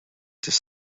dydd